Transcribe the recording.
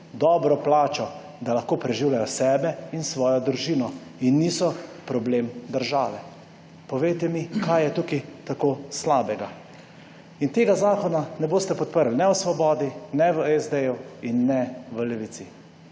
dobro plačo, da lahko preživljajo sebe in svojo družino in niso problem države. Povejte mi, kaj je tukaj tako slabega. In tega zakona ne boste podprli ne v Svobodi ne v SD-ju in ne v Levici.